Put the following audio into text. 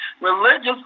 religious